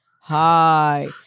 hi